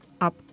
up